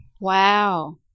Wow